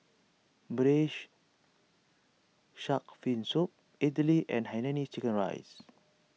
Braised Shark Fin Soup Idly and Hainanese Chicken Rice